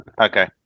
Okay